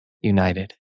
united